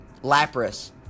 Lapras